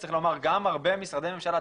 וצריך לומר שגם בהרבה משרדי ממשלה,